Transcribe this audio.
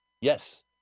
Yes